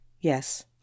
Yes